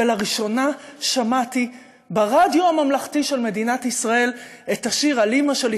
ולראשונה שמעתי ברדיו הממלכתי של מדינת ישראל את השיר על אימא שלי,